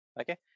okay